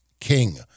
King